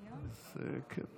בדקתי.